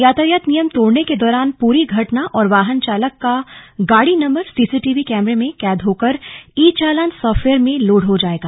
यातायात नियम तोड़ने के दौरान पूरी घटना और वाहन चालक का गाड़ी नंबर सीसीटीवी में कैद होकर ई चालान सॉफ्टवेयर में लोड हो जाएगा